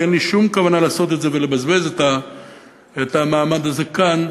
כי אין לי שום כוונה לעשות את זה ולבזבז את המעמד הזה כאן,